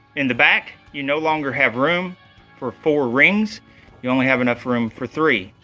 in the back you no longer have room for four rings you only have enough room for three.